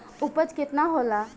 उपज केतना होला?